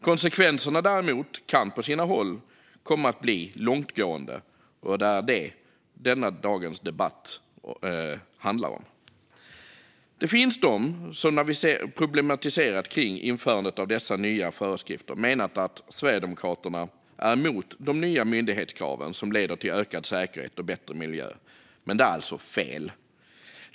Konsekvenserna, däremot, kan på sina håll komma att bli långtgående, och det är detta dagens debatt handlar om. Det finns de som menat att Sverigedemokraterna, när vi problematiserat kring införandet av dessa nya föreskrifter, är emot de nya myndighetskraven, som leder till ökad säkerhet och bättre miljö, men det är alltså fel.